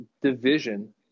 division